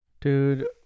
Dude